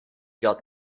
got